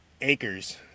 acres